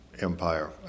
empire